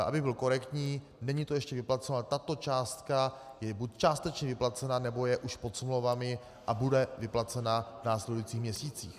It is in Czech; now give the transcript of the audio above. Abych byl korektní, není to ještě vyplaceno, ale tato částka je buď částečně vyplacena, nebo je už pod smlouvami a bude vyplacena v následujících měsících.